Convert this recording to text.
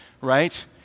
right